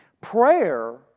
Prayer